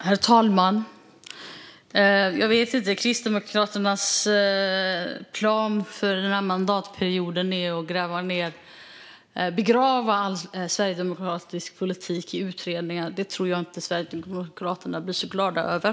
Herr talman! Kristdemokraternas plan för den här mandatperioden är alltså att begrava all sverigedemokratisk politik i utredningar. Det tror jag inte att Sverigedemokraterna blir så glada över.